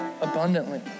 abundantly